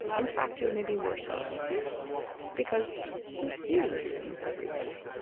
in fact, you may be worse off because you see things every day.